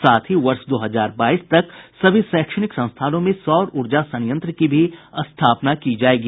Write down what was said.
साथ ही वर्ष दो हजार बाईस तक सभी शैक्षणिक संस्थानों में सौर ऊर्जा संयत्र की भी स्थापना की जायेगी